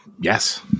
yes